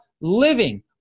living